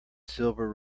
silver